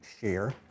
share